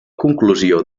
conclusió